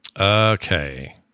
Okay